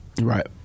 right